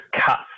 cut